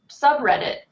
subreddit